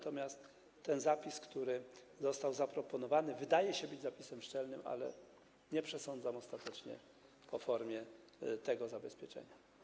Ten zapis, który został zaproponowany, wydaje się zapisem szczelnym, ale nie przesądzam ostatecznie o formie tego zabezpieczenia.